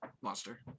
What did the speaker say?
monster